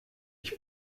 ich